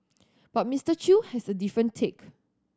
but Mister Chew has a different take